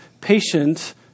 patient